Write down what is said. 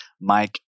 Mike